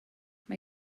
mae